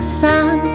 sun